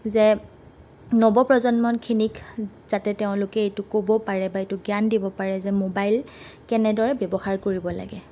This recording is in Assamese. যে নৱপ্ৰজন্মখিনিক যাতে তেওঁলোকে এইটো ক'ব পাৰে বা জ্ঞান দিব পাৰে যে মোবাইল কেনেদৰে ব্যৱহাৰ কৰিব লাগে